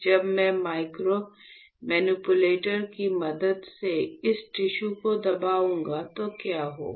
जब मैं माइक्रोमैनिपुलेटर की मदद से इस टिश्यू को दबाऊंगा तो क्या होगा